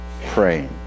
praying